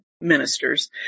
ministers